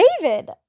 David